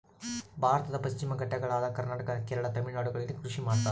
ಭಾರತದ ಪಶ್ಚಿಮ ಘಟ್ಟಗಳಾದ ಕರ್ನಾಟಕ, ಕೇರಳ, ತಮಿಳುನಾಡುಗಳಲ್ಲಿ ಕೃಷಿ ಮಾಡ್ತಾರ?